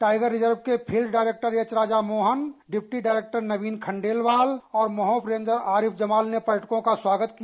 tiger reserve के field director H Raja Mohan deputy director Naveen Khandelwal और महोफ रेंजर आरिफ जमाल ने पर्यटकों का स्वागत किया